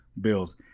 bills